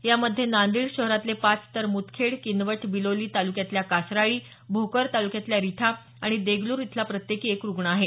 यामध्ये नांदेड शहरातले पाच तर मुदखेड किनवट बिलोली तालुक्यातल्या कासराळी भोकर तालुक्यातल्या रिठा आणि देगलूर इथला प्रत्येकी एक रुग्ण आहे